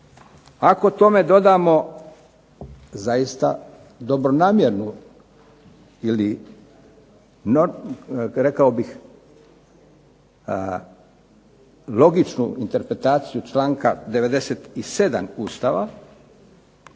Ako tome dodamo zaista dobronamjernu ili rekao bih logičnu interpretaciju članka 97. Ustava